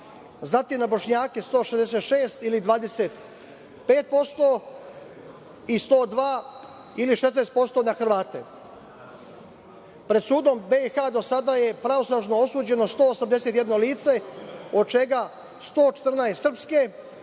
zatim na Bošnjake 166, ili 25%, i 102, ili 16%, na Hrvate. Pred sudom BiH do sada je pravnosnažno osuđeno 181 lice, od čega 114 srpske,